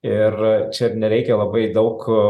ir čia ir nereikia labai daug